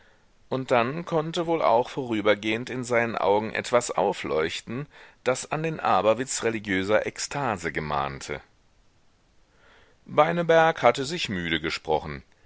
und dann konnte wohl auch vorübergehend in seinen augen etwas aufleuchten das an den aberwitz religiöser ekstase gemahnte beineberg hatte sich müde gesprochen